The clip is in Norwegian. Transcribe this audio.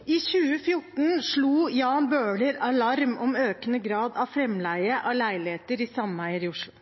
I 2014 slo Jan Bøhler alarm om økende grad av framleie av leiligheter i sameier i Oslo.